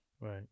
right